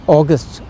August